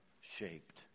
shaped